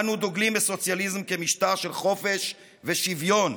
אנו דוגלים בסוציאליזם כמשטר של חופש ושוויון,